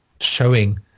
showing